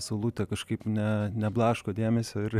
saulutė kažkaip ne neblaško dėmesio ir